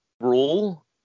rule